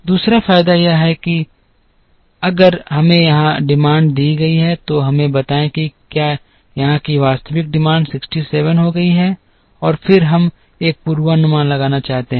दूसरा फायदा शायद यह है कि अगर हमें यहां मांग दी गई है तो हमें बताएं कि क्या यहां की वास्तविक मांग 67 हो गई है और फिर हम एक पूर्वानुमान लगाना चाहते हैं